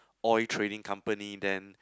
oil trading company then